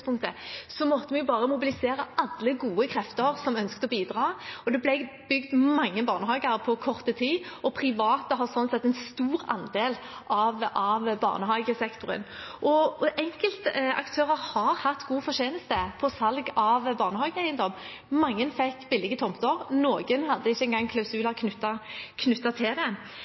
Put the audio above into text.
bygd mange barnehager på kort tid, og private har slik sett en stor andel av barnehagesektoren. Enkeltaktører har hatt god fortjeneste på salg av barnehageeiendom. Mange fikk billige tomter, noen hadde ikke engang klausuler knyttet til det. Noen av salgene vi ser er gjort, er tomter som er solgt til